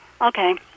Okay